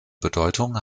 bedeutung